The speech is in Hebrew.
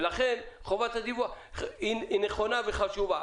ולכן, חובת הדיווח היא נכונה וחשובה.